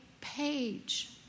Page